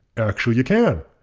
actually you can,